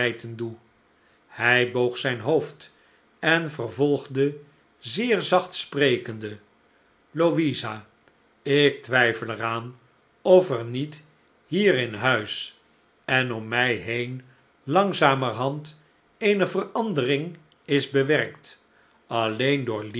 hij boog zijn hoofd en vervolgde zeer zacht sprekende louisa ik twijfel er aan of er niet hier in huis en om mij heen langzamerhand eene verandering is bewerkt alleen door